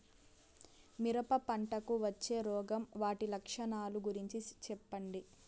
మిరప పంటకు వచ్చే రోగం వాటి లక్షణాలు గురించి చెప్పండి?